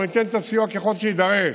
אנחנו ניתן את הסיוע ככל שיידרש,